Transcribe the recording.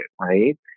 right